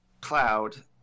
Cloud